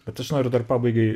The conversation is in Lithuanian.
bet aš noriu dar pabaigai